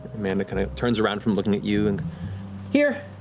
amanda kind of turns around from looking at you, and here!